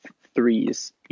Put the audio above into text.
threes